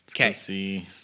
Okay